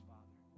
Father